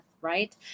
right